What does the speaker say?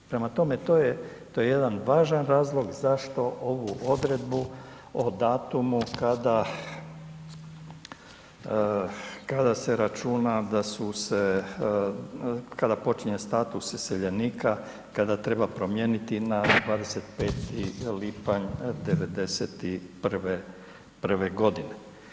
Prema tome, to je jedan važan razlog zašto ovu odredbu o datumu kada, kada se računa da su se, kada počinje status iseljenika, kada treba promijeniti na 25. lipanj '91. godine.